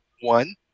one